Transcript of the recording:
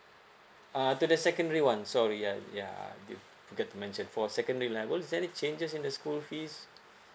uh to the secondary one sorry yeah yeah forget to mention for secondary level is there any changes in the school fees